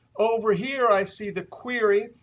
over here i see the query.